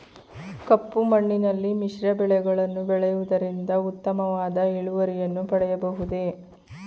ಕಪ್ಪು ಮಣ್ಣಿನಲ್ಲಿ ಮಿಶ್ರ ಬೆಳೆಗಳನ್ನು ಬೆಳೆಯುವುದರಿಂದ ಉತ್ತಮವಾದ ಇಳುವರಿಯನ್ನು ಪಡೆಯಬಹುದೇ?